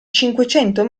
cinquecento